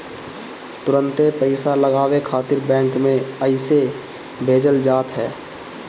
तुरंते पईसा लगावे खातिर बैंक में अइसे भेजल जात ह